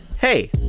hey